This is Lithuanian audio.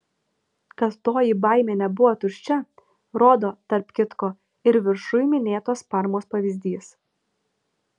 kad toji baimė nebuvo tuščia rodo tarp kitko ir viršuj minėtos parmos pavyzdys